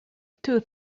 two